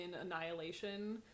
annihilation